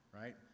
Right